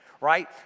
Right